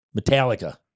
Metallica